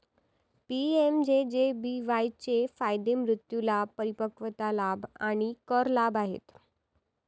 PMJJBY चे फायदे मृत्यू लाभ, परिपक्वता लाभ आणि कर लाभ आहेत